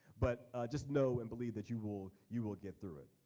but just know and believe that you will you will get through it.